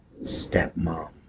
Stepmom